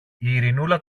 ειρηνούλα